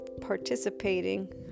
participating